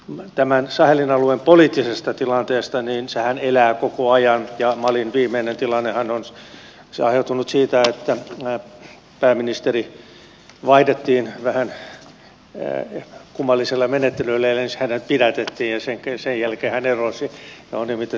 tämä sahelin alueen poliittinen tilannehan elää koko ajan ja malin viimeinen tilannehan on aiheutunut siitä että pääministeri vaihdettiin vähän kummallisella menettelyllä eli hänet pidätettiin ja sen jälkeen hän erosi ja on nimitetty uusi